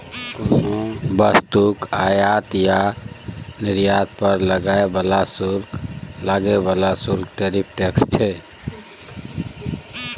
कोनो वस्तुक आयात आ निर्यात पर लागय बला शुल्क टैरिफ टैक्स छै